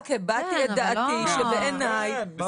רק הבעתי את דעתי שבעיניי --- כן,